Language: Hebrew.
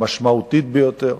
המשמעותית ביותר,